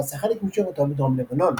ועשה חלק משירותו בדרום לבנון.